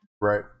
Right